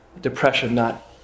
depression—not